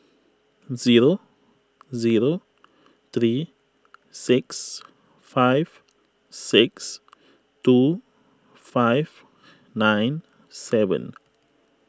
zero zero three six five six two five nine seven